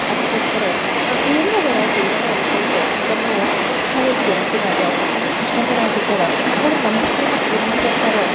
ಅದಕ್ಕೋಸ್ಕರ ಎಲ್ಲದರ ಟೇಲರ್ ಅನ್ಕೊತ ನಮ್ಮ ಖಾಯಂ ಗಿರಾಕಿನೇ ಆಗ್ಯಾವೆ ಅಂದ್ರೆ ಕಶ್ಟಮರ್ ಆಗ್ಬಿಟ್ಟಾರ ಅವ್ರು ನಮ್ಮ ಹತ್ತಿರನೂ ಓಡೋಡಿ ಬರ್ತಾರ